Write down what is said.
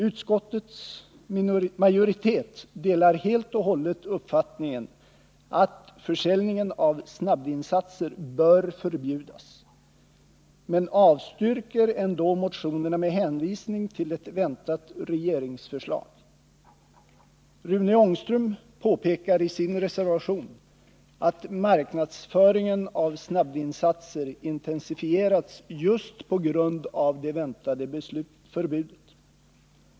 Utskottets majoritet delar helt och hållet uppfattningen att försäljningen av snabbvinsatser bör förbjudas men avstyrker ändå motionerna med hänvisning till ett väntat regeringsförslag. Rune Ångström påpekar i sin reservation att marknadsföringen av snabbvinsatser intensifierats just på grund av det väntade förbudet.